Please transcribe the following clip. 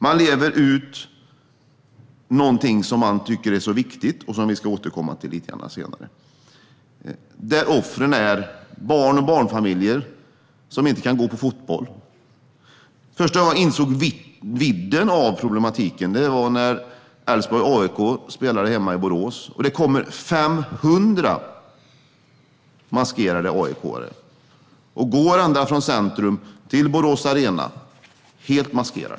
De lever ut någonting som de tycker är så viktigt, och som vi ska återkomma till lite grann senare. Offren är barn och barnfamiljer som inte kan gå på fotboll. Första gången jag insåg vidden av problematiken var när Elfsborg och AIK spelade hemma i Borås och det kom 500 maskerade AIK:are, som gick ända från Borås centrum till Borås Arena helt maskerade.